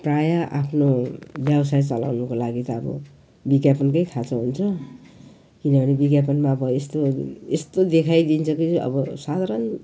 प्रायः आफ्नो व्यवसाय चलाउनुको लागि त अब विज्ञापनकै खाँचो हुन्छ किनभने विज्ञापनमा अब यस्तोहरू यस्तो देखाइदिन्छ कि अब साधारण